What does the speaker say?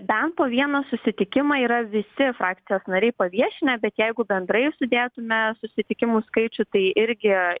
bent po vieną susitikimą yra visi frakcijos nariai paviešinę bet jeigu bendrai sudėtume susitikimų skaičių tai irgi